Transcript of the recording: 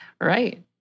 Right